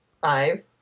five